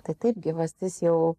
tai taip gyvastis jau